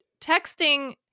texting